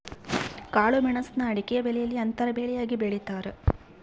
ಕಾಳುಮೆಣುಸ್ನ ಅಡಿಕೆಬೆಲೆಯಲ್ಲಿ ಅಂತರ ಬೆಳೆಯಾಗಿ ಬೆಳೀತಾರ